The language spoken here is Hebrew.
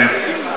כן.